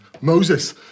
Moses